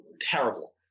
terrible